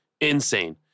insane